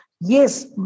yes